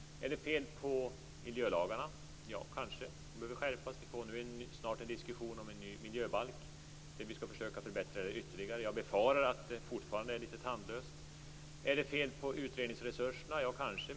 Är det fel på miljölagarna? Ja, kanske. De behöver skärpas. Vi får nu snart en diskussion om en ny miljöbalk där vi skall förbättra detta ytterligare. Jag befarar att det fortfarande är litet tandlöst. Är det fel på utredningsresurserna? Ja, kanske.